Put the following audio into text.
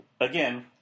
again